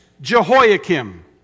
Jehoiakim